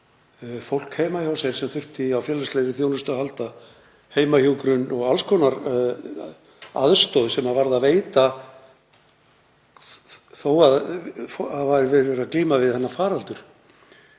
fólk heima hjá sér sem þurfti á félagslegri þjónustu að halda, heimahjúkrun og alls konar aðstoð sem varð að veita þó að verið væri að glíma við þennan faraldur.